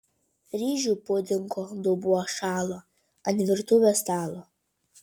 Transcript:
ryžių pudingo dubuo šalo ant virtuvės stalo